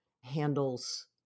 handles